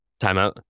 Timeout